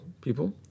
people